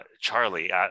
Charlie